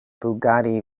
bugatti